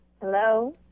hello